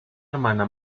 hermana